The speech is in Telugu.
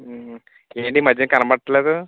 ఏంటి ఈ మధ్య కనపడటం లేదు